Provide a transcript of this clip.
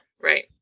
Right